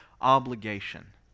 obligation